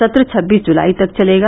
सत्र छब्बीस जुलाई तक चलेगा